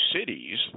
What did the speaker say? cities